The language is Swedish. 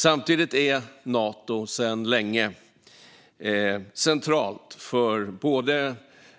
Samtidigt är Nato sedan länge centralt för både